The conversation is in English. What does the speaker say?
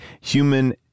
human